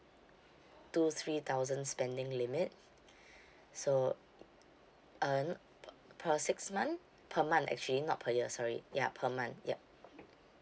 two three thousand spending limit so uh know per six month per month actually not per year sorry ya per month ya